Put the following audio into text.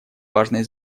важное